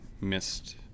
missed